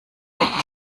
mit